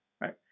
Right